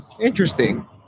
Interesting